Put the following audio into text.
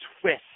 twist